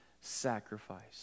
sacrifice